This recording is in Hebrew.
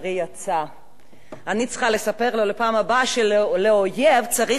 אני צריכה לספר לו בפעם הבאה שלאויב צריך להסתכל בעיניים,